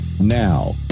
Now